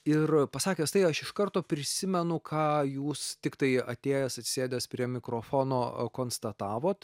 ir pasakęs tai aš iš karto prisimenu ką jūs tiktai atėjęs atsisėdęs prie mikrofono konstatavot